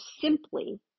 simply